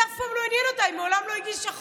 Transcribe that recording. זה אף פעם לא עניין אותה, היא מעולם לא הגישה חוק,